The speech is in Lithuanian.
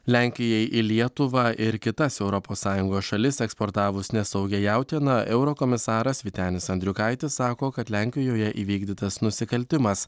lenkijai į lietuvą ir kitas europos sąjungos šalis eksportavus nesaugią jautieną eurokomisaras vytenis andriukaitis sako kad lenkijoje įvykdytas nusikaltimas